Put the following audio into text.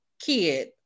kid